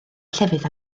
llefydd